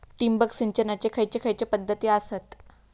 ठिबक सिंचनाचे खैयचे खैयचे पध्दती आसत?